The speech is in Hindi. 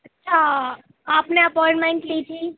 अच्छा आपने अपॉइनमेंट ली थी